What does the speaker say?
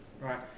Right